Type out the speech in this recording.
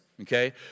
okay